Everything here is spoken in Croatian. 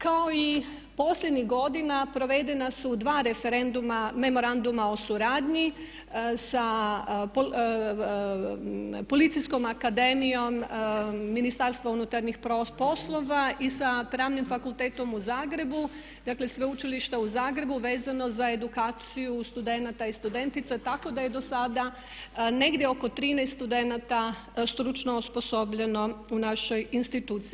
Kao i posljednjih godina provedena su 2 referenduma, memoranduma o suradnji sa Policijskom akademijom Ministarstva unutarnjih poslova i sa Pravnim fakultetom u Zagrebu Sveučilišta u Zagrebu vezano za edukaciju studenata i studentica tako da je dosada negdje oko 13 studenata stručno osposobljeno u našoj instituciji.